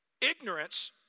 Ignorance